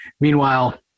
meanwhile